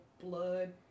blood